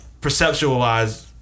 Perceptualized